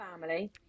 family